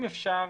אם אפשר,